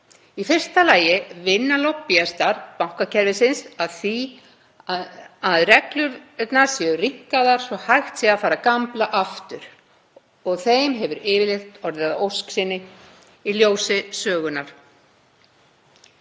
Í fyrsta lagi vinna lobbíistar bankakerfisins að því að reglurnar séu rýmkaðar svo hægt sé að fara að gambla aftur. Og þeim hefur yfirleitt orðið að ósk sinni í ljósi sögunnar.